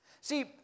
See